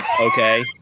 okay